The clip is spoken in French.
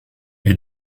est